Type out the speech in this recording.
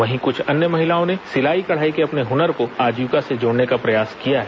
वहीं कुछ अन्य महिलाओं ने सिलाई कढ़ाई के अपने हुनर को आजीविका से जोड़ने का प्रयास किया है